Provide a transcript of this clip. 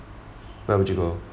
where would you go